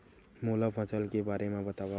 मोला फसल के बारे म बतावव?